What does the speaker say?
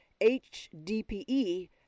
HDPE